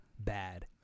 bad